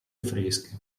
fresche